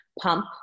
pump